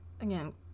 Again